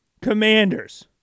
Commanders